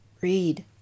read